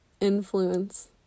influence